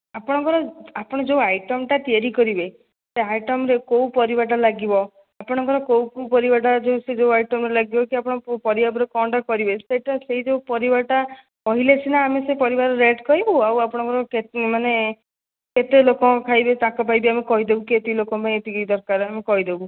ଆପଣଙ୍କର ଆପଣ ଯେଉଁ ଆଇଟମ୍ଟା ତିଆରି କରିବେ ସେ ଆଇଟମ୍ରେ କେଉଁ ପରିବାଟା ଲାଗିବ ଆପଣଙ୍କର କେଉଁ କେଉଁ ପରିବାଟା ଯେଉଁ ସେ ଯେଉଁ ଆଇଟମ୍ରେ ଲାଗିବ କେଉଁ ପରିବା ଉପରେ କ'ଣଟା କରିବେ ସେଇଟା ସେଇ ଯେଉଁ ପରିବାଟା କହିଲେ ସିନା ଆମେ ସେ ପରିବାର ରେଟ୍ କହିବୁ ଆଉ ଆପଣଙ୍କର କେତେ ମାନେ କେତେ ଲୋକ ଖାଇବେ ତାଙ୍କ ପାଇଁ ବି ଆମେ କହିଦେବୁ ଯେ ଏତିକି ଲୋକ ପାଇଁ ଏତିକି ଦରକାର ଆମେ କହିଦେବୁ